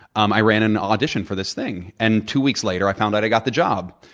um i ran an audition for this thing. and two weeks later, i found out i got the job.